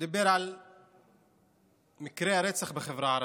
שדיבר על מקרי הרצח בחברה הערבית.